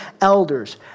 elders